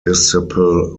disciple